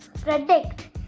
predict